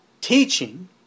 teaching